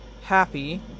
happy